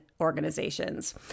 organizations